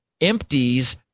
empties